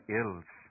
ills